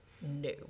No